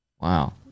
wow